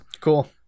Cool